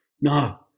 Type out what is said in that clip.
no